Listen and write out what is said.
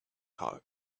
heart